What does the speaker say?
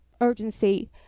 urgency